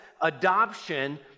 adoption